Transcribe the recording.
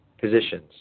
positions